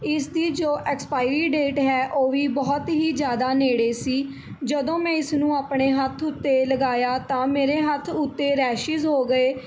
ਇਸਦੀ ਜੋ expiry date ਹੈ ਉਹ ਵੀ ਬਹੁਤ ਹੀ ਜ਼ਿਆਦਾ ਨੇੜੇ ਸੀ ਜਦੋਂ ਮੈਂ ਇਸ ਨੂੰ ਆਪਣੇ ਹੱਥ ਉੱਤੇ ਲਗਾਇਆ ਤਾਂ ਮੇਰੇ ਹੱਥ ਉੱਤੇ ਰੈਸ਼ਿਜ ਹੋ ਗਏ